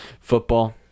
Football